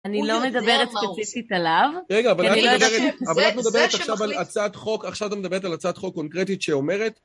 אני לא מדברת ספציפית עליו. רגע, אבל את, אבל את מדברת עכשיו על הצעת חוק, עכשיו אתה מדברת על הצעת חוק קונקרטית שאומרת